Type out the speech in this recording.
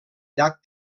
llac